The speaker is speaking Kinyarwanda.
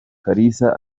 kalisa